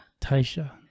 taisha